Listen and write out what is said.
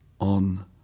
on